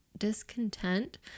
discontent